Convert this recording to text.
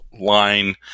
line